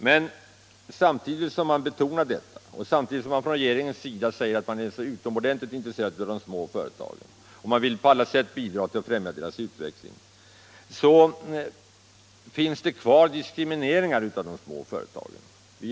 Men samtidigt som man betonar detta, och samtidigt som regeringen säger sig vara så utomordentligt intresserad av de små företagen att den vill på alla sätt bidra till att främja deras utveckling, finns diskrimineringen av de små företagen kvar.